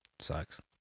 sucks